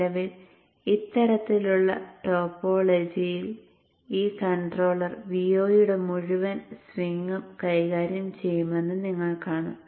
നിലവിൽ ഇത്തരത്തിലുള്ള ടോപ്പോളജിയിൽ ഈ കൺട്രോളർ Vo യുടെ മുഴുവൻ സ്വിംഗും കൈകാര്യം ചെയ്യണമെന്ന് നിങ്ങൾ കാണും